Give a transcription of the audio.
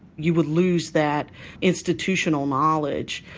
you would lose that institutional knowledge.